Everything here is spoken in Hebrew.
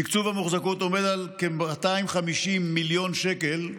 תקצוב המוחזקות עומד על כ-250 מיליון שקלים.